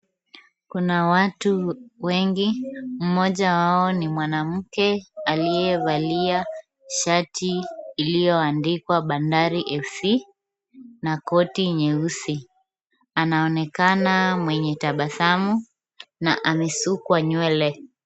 Kuna watu wengi, mmoja wao ni mwanamke aliyevalia shati iliyo andikwa Bandari FC, na koti nyeusi. Anaonekana mwenye tabasamu, na amesukwa nywele.